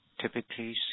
Typically